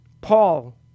Paul